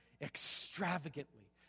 extravagantly